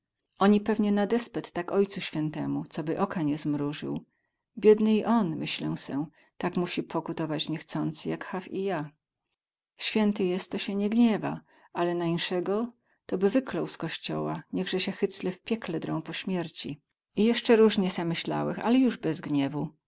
oni pewnie na despet tak ojcu świętemu coby oka nie zmruzył biedny i on myślą se tak musi pokutować niechcący jak haw i ja święty jest to sie nie gniewa ale na insego to by wyklął z kościoła niechze sie hycle w piekle drą po śmierci i jesce róźnie se myślałech ale juz bez gniewu